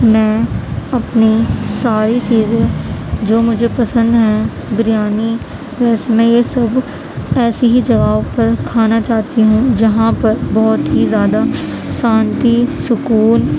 میں اپنی ساری چیزیں جو مجھے پسند ہیں بریانی بس میں یہ سب ایسی ہی جگہوں پر کھانا چاہتی ہوں جہاں پر بہت ہی زیادہ شانتی سکون